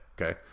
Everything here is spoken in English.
Okay